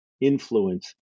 influence